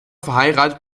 verheiratet